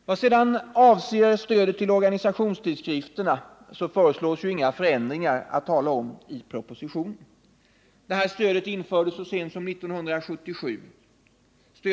Vad sedan gäller stödet till organisationstidskrifterna föreslås i propositionen inga förändringar att tala om. Stödet infördes så sent som 1977.